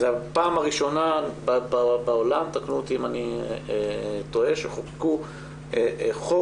פעם ראשונה בעולם תקנו אותי אם אני טועה - חוקקו חוק